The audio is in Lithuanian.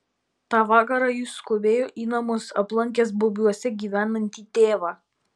tą vakarą jis skubėjo į namus aplankęs bubiuose gyvenantį tėvą